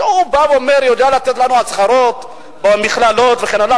בא ואומר, יודע לתת לנו הצהרות במכללות וכן הלאה.